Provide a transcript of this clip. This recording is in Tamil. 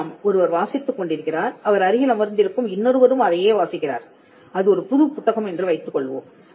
ஆமாம் ஒருவர் வாசித்துக் கொண்டிருக்கிறார் அவர் அருகில் அமர்ந்திருக்கும் இன்னொருவரும் அதை வாசிக்கிறார் அது ஒரு புது புத்தகம் என்று வைத்துக்கொள்வோம்